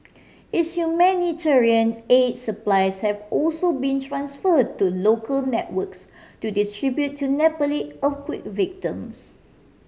its humanitarian aid supplies have also been transferred to local networks to distribute to Nepali earthquake victims